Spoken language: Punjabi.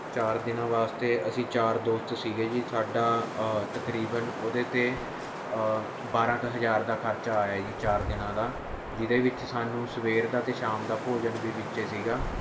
ਚਾਰ ਦਿਨਾਂ ਵਾਸਤੇ ਅਸੀਂ ਚਾਰ ਦੋਸਤ ਸੀਗੇ ਜੀ ਸਾਡਾ ਤਕਰੀਬਨ ਉਹਦੇ 'ਤੇ ਬਾਰਾਂ ਕੁ ਹਜ਼ਾਰ ਦਾ ਖਰਚਾ ਆਇਆ ਜੀ ਚਾਰ ਦਿਨਾਂ ਦਾ ਜਿਹਦੇ ਵਿੱਚ ਸਾਨੂੰ ਸਵੇਰ ਦਾ ਅਤੇ ਸ਼ਾਮ ਦਾ ਭੋਜਨ ਵੀ ਵਿੱਚੇ ਸੀਗਾ